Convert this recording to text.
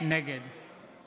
נגד